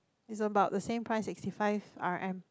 it's about the same price eighty five R_M